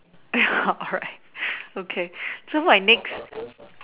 alright okay so my next